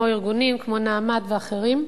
של ארגונים כמו "נעמת" ואחרים,